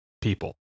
people